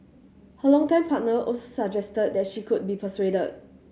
her longtime partner also suggested that she could be persuaded